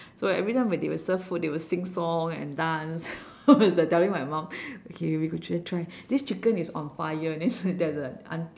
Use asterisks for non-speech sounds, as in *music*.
so every time when they will serve food they will sing song and dance *laughs* telling my mom okay we go try try this chicken is on fire then there's a aunt~